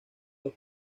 los